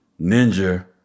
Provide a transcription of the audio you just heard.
Ninja